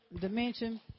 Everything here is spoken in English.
dimension